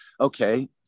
okay